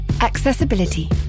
Accessibility